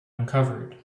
uncovered